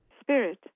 Spirit